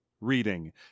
reading